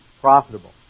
profitable